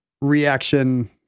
reaction